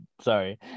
sorry